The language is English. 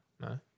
No